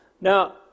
Now